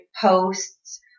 posts